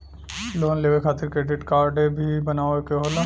Loan लेवे खातिर credit काडे भी बनवावे के होला?